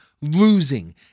losing